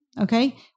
Okay